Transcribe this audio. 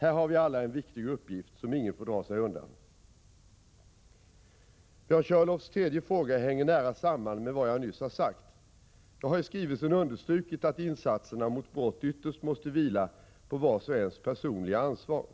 Här har vi alla en viktig uppgift som ingen får dra sig undan. Björn Körlofs tredje fråga hänger nära samman med vad jag nyss har sagt. Jag har i skrivelsen understrukit att insatserna mot brott ytterst måste vila på — Prot. 1986/87:33 vars och ens personliga ansvar.